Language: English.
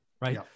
right